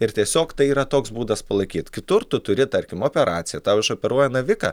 ir tiesiog tai yra toks būdas palaikyt kitur tu turi tarkim operaciją tau išoperuoja naviką